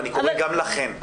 ואני קורא גם לכן.